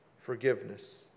forgiveness